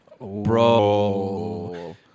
Bro